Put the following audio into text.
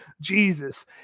Jesus